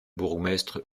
bourgmestre